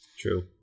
True